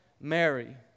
Mary